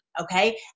Okay